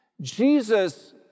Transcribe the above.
Jesus